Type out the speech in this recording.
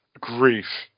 grief